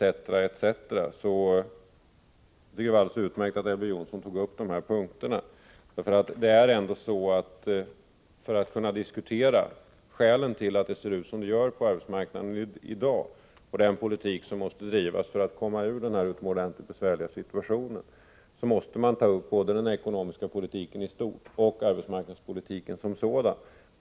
Det var alldeles utmärkt att Elver Jonsson tog upp de här punkterna. Det är ändå så att man — för att kunna diskutera skälen till att det ser ut som det gör på arbetsmarknaden och den politik som måste drivas för att man skall komma ur den här besvärliga situationen — måste ta upp både den ekonomiska politiken i stort och arbetsmarknadspolitiken som sådan.